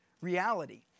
reality